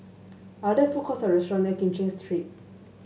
are there food courts or restaurant near Kim Cheng Street